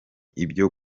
ibyo